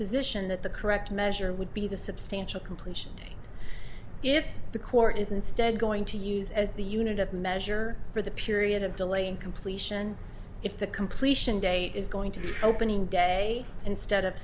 position that the correct measure would be the substantial completion date if the court is instead going to use as the unit of measure for the period of delay in completion if the completion date is going to be opening day instead of